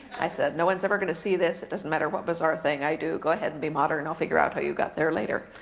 i said, no one's ever going to see this. it doesn't matter what bizarre thing i do, go ahead and be modern, and i'll figure out how you got there later.